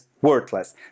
worthless